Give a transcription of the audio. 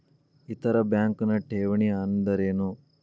ಇತರ ಬ್ಯಾಂಕ್ನ ಠೇವಣಿ ಅನ್ದರೇನು?